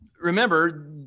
Remember